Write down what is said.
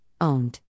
owned